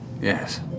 Yes